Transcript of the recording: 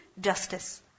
Justice